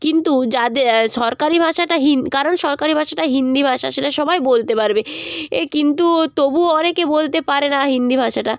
কিন্তু যাদের সরকারি ভাষাটা কারণ সরকারি ভাষাটা হিন্দি ভাষা সেটা সবাই বলতে পারবে এ কিন্তু তবুও অনেকে বলতে পারে না হিন্দি ভাষাটা